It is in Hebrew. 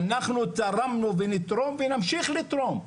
ואנחנו תרמנו, ונתרום, ונמשיך לתרום.